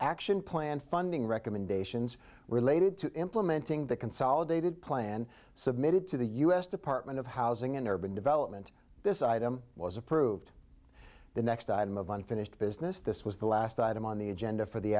action plan funding recommendations related to implementing the consolidated plan submitted to the u s department of housing and urban development this item was approved the next item of unfinished business this was the last item on the agenda for the